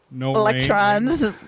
electrons